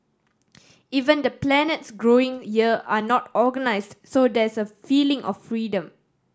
even the growing are not organised so there's a feeling of freedom